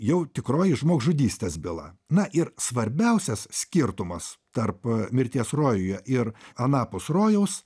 jau tikroji žmogžudystės byla na ir svarbiausias skirtumas tarp mirties rojuje ir anapus rojaus